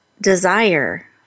desire